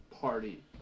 party